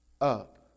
up